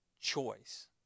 choice